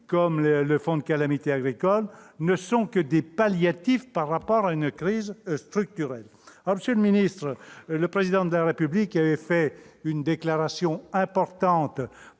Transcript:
fonds de garantie des calamités agricoles, ne sont que des palliatifs par rapport à une crise structurelle. Monsieur le ministre, le Président de la République a fait une déclaration importante,